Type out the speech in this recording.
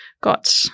got